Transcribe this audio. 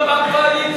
עוד הפעם קואליציה?